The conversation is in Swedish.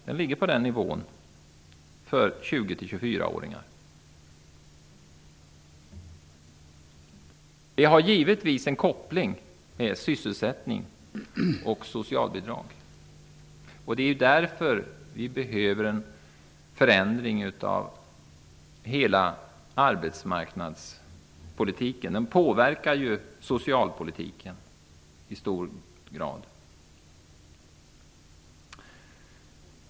Den ligger på den nivån för 20--24-åringar. Det finns givetvis en koppling mellan syselsättning och socialbidrag. Därför behöver vi en förändring av hela arbetsmarknadspolitiken. Den påverkar ju socialpolitiken i stor utsträckning.